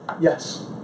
Yes